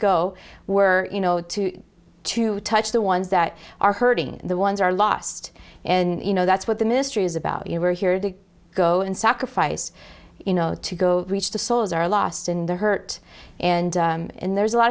go where you know to to touch the ones that are hurting the ones are lost and you know that's what the ministry is about you know we're here to go and sacrifice you know to go reach the souls are lost in the hurt and and there's a lot